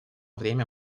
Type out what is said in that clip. время